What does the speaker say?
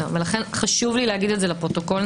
לכן חשוב לי לומר את זה לפרוטוקול.